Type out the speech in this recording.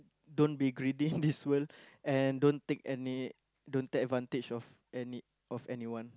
don't be greedy in this world and don't take any don't take advantage of any of anyone